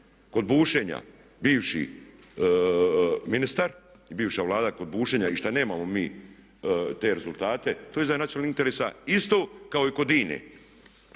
kod bušenja bivši ministar, bivša Vlada kod bušenja i što nemamo mi te rezultate, to je izdaja nacionalnih interesa isto kao i kod INA-e.